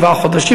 שבעה חודשים.